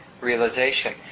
realization